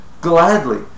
gladly